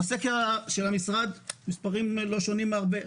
בסקר של המשרד המספרים לא שונים בהרבה,